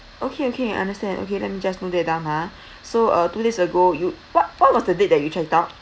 okay okay understand okay let me just note that down ha so uh two days ago you what what was the date that you checked out